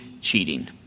cheating